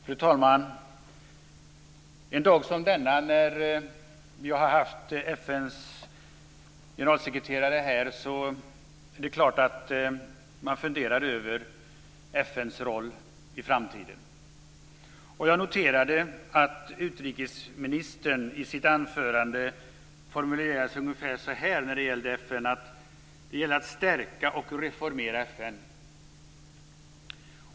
Fru talman! En dag som denna, när vi har haft FN:s generalsekreterare här, är det klart att man funderar över FN:s roll i framtiden. Jag noterade att utrikesministern i sitt anförande formulerade sig ungefär så här när det gällde FN: Det gäller att stärka och reformera FN.